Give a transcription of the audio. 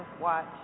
watch